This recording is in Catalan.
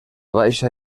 baixa